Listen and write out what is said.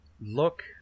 look